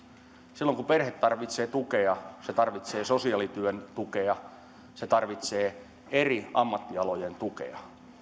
silloin kun perhe tarvitsee tukea se tarvitsee sosiaalityön tukea se tarvitsee eri ammattialojen tukea